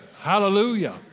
hallelujah